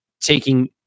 taking